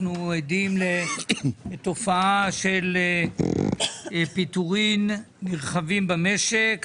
אנחנו עדים לתופעה של פיטורין נרחבים במשק.